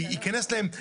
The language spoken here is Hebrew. ייכנס להם,